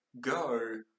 go